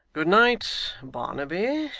good night! barnaby,